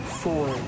four